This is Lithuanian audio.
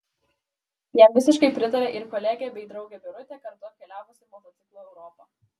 jam visiškai pritarė ir kolegė bei draugė birutė kartu apkeliavusi motociklu europą